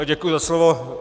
Děkuji za slovo.